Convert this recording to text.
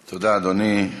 תודה, אדוני.